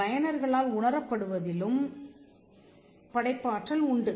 பயனர்களால் உணரப்படுவதிலும் படைப்பாற்றல் உண்டு